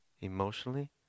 emotionally